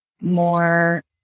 more